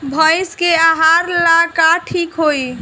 भइस के आहार ला का ठिक होई?